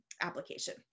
application